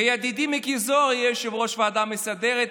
וידידי מיקי זוהר יהיה יושב-ראש הוועדה המסדרת,